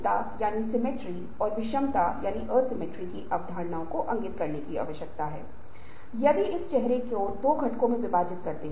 इसलिए एक परिवर्तन प्रस्ताव के लिए सबसे अधिक संभावना प्रतिक्रिया नाराजगी की और आपत्तियों की एक श्रृंखला है और ये आपत्तियां प्रासंगिक होने के साथ साथ अप्रासंगिक भी हो सकती हैं